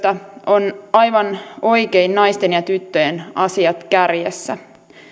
on aivan oikein naisten ja tyttöjen asiat kärjessä